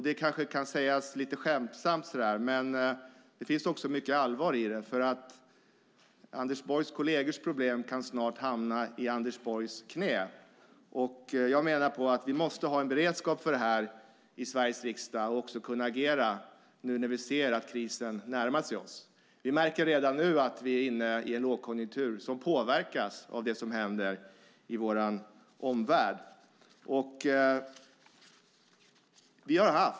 Detta kanske kan sägas lite skämtsamt, men det finns också mycket allvar i det, för Anders Borgs kollegers problem kan snart hamna i Anders Borgs knä. Vi måste ha en beredskap för detta i Sveriges riksdag och kunna agera nu när vi ser att krisen närmar sig oss. Vi märker redan nu att vi är inne i en lågkonjunktur som påverkas av det som händer i vår omvärld.